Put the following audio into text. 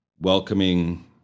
welcoming